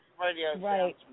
Right